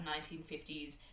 1950s